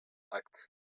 acte